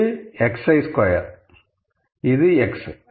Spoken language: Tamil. இது xi ஸ்கொயர் இது x